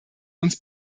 uns